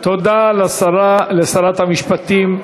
תודה לשרת המשפטים.